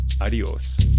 adios